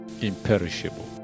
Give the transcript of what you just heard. imperishable